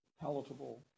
Palatable